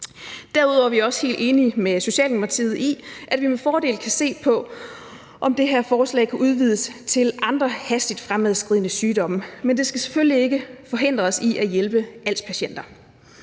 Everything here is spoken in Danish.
Derudover er vi også helt enige med Socialdemokratiet i, at vi med fordel kan se på, om det her forslag kan udvides til andre hastigt fremadskridende sygdomme, men det skal selvfølgelig ikke forhindre os i at hjælpe als-patienter.